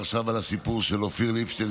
הסיפור של אופיר ליבשטיין,